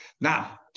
Now